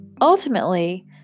ultimately